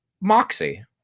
moxie